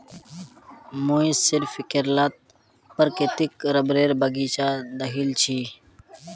मुई सिर्फ केरलत प्राकृतिक रबरेर बगीचा दखिल छि